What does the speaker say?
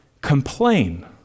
complain